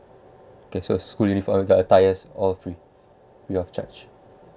okay so school and attire all free free of charge